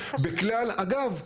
אגב,